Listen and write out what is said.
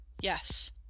Yes